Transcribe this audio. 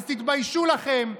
אז תתביישו לכם.